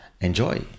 enjoy